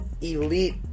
elite